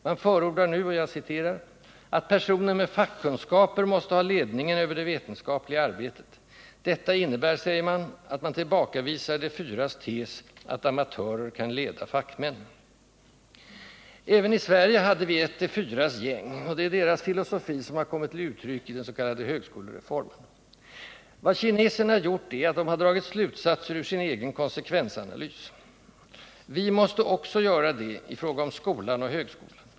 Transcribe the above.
Man förordar nu ”att personer med fackkunskaper måste ha ledningen över det vetenskapliga arbetet. Detta innebär att man tillbakavisar de Fyras tes att amatörer kan leda fackmän”. Även i Sverige hade vi ett de Fyras gäng - och det är dess filosofi som har kommit till uttryck i den s.k. högskolereformen. Vad kineserna gjort är att de har dragit slutsatser ur sin egen konsekvensanalys. Vi måste också göra detta i fråga om skolan och högskolan.